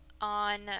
On